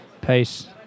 Peace